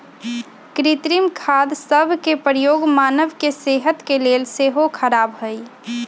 कृत्रिम खाद सभ के प्रयोग मानव के सेहत के लेल सेहो ख़राब हइ